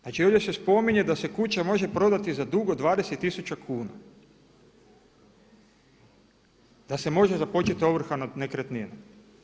Znači ovdje se spominje da se kuća može prodati za dug od 20 tisuća kuna, da se može započeti ovrha nad nekretninom.